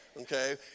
Okay